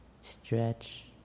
stretch